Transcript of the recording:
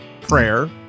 Prayer